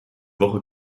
woche